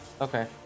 okay